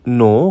no